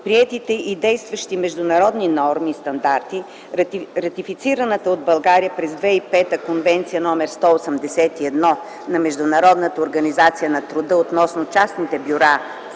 приетите и действащи международни норми и стандарти, ратифицираната от България през 2005 г. Конвенция № 181 на Международната организация на труда относно частните бюра